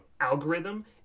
algorithm